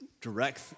direct